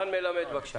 רן מלמד, בבקשה.